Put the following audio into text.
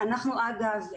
אגב,